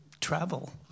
travel